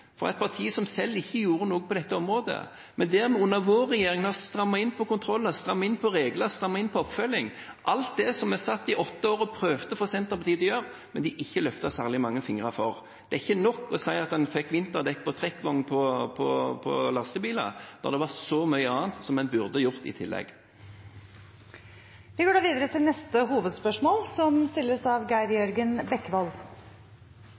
et parti som selv ikke gjorde noe på dette området, men der vi under vår regjering har strammet inn på kontroller, strammet inn på regler, strammet inn på oppfølging – alt det som vi satt i åtte år og prøvde å få Senterpartiet til å gjøre, men som de ikke løftet særlig mange fingre for. Det er ikke nok å si at en fikk vinterdekk på trekkvogn på lastebiler, når det var så mye annet som en burde gjort i tillegg. Vi går da til neste hovedspørsmål.